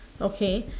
okay